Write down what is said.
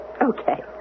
Okay